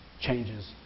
changes